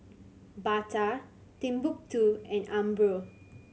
Bata Timbuk Two and Umbro